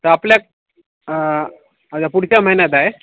तर आपल्या आता पुढच्या महिन्यातय